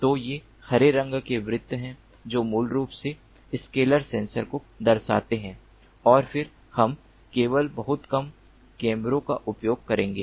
तो ये हरे रंग के वृत्त हैं जो मूल रूप से स्केलर सेंसर को दर्शाते हैं और फिर हम केवल बहुत कम कैमरों का उपयोग करेंगे